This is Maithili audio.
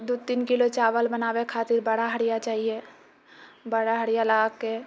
दू तीन किलो चावल बनाबै खातिर बड़ा हड़िया चाहिये बड़ा हड़िया लाके